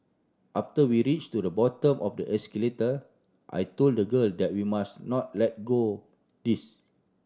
after we reached to the bottom of the escalator I told the girl that we must not let go this